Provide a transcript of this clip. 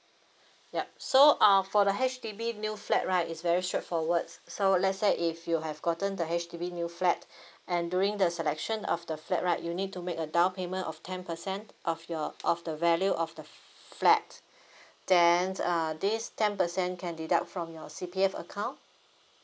ya so uh for the H_D_B new flat right is very straightforward so let's say if you have gotten the H_D_B new flat and during the selection of the flat right you need to make a down payment of ten percent of your of the value of the flat then uh this ten percent can deduct from your C_P_F account